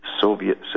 Soviet